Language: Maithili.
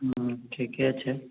हूँ ठीके छै